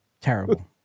terrible